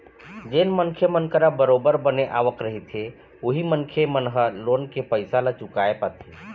जेन मनखे मन करा बरोबर बने आवक रहिथे उही मनखे मन ह लोन के पइसा ल चुकाय पाथे